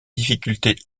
difficultés